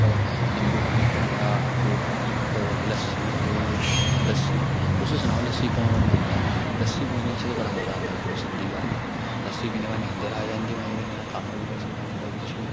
कदें निंबू पानी हो गेआ फिर केह् बोलदे लस्सी हो गेई लस्सी तुसें सनाओ लस्सी कौन कौन पींदा ऐ लस्सी पीने च ते बड़ा मज़ा आंदा मैनू सिद्धी गल्ल ऐ लस्सी पीने बाद नींदर आ जंदी मज़े कन्नै कम्म बी करी सकदा बंदा कुछ बी